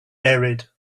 buried